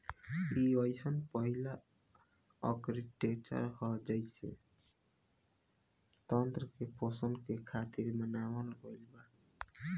इ अइसन पहिला आर्कीटेक्चर ह जेइके पारिस्थिति तंत्र के पोषण करे खातिर बनावल गईल बा